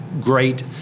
great